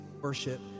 worship